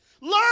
Learn